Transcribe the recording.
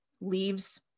leaves